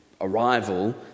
arrival